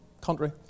country